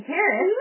Paris